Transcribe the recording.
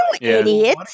idiot